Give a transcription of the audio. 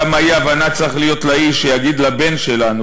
כמה אי-הבנה צריכה להיות לאיש שיגיד לבן שלנו",